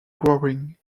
growing